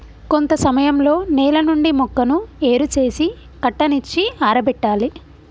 కొంత సమయంలో నేల నుండి మొక్కను ఏరు సేసి కట్టనిచ్చి ఆరబెట్టాలి